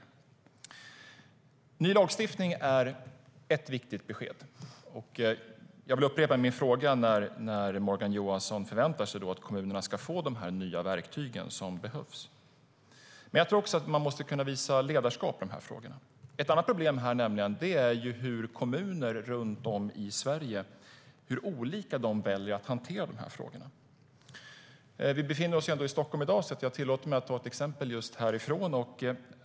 En ny lagstiftning är ett viktigt besked, och jag vill upprepa min fråga när Morgan Johansson förväntar sig att kommunerna ska få de nya verktygen som behövs. Men jag tror att man också måste kunna visa ledarskap i den här frågan. Ett annat problem är nämligen att kommuner runt om i Sverige väljer att hantera de här frågorna på olika sätt. Vi befinner oss ändå i Stockholm i dag, så jag tillåter mig att ta ett exempel just härifrån.